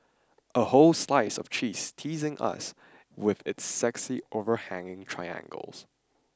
a whole slice of cheese teasing us with its sexy overhanging triangles